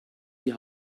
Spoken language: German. die